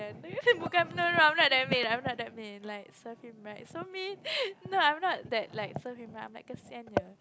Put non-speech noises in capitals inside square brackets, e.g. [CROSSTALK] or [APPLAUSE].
no no no I'm not that mean I'm not that mean like serve him right so mean [LAUGHS] no I'm not that like serve him right I'm like a